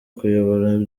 kuyobora